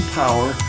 power